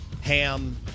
ham